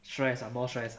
stress ah more stress